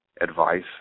advice